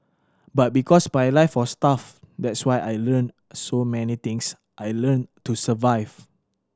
but because my life was tough that's why I learnt so many things I learnt to survive